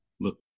look